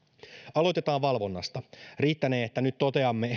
aloitetaan valvonnasta riittänee että nyt toteamme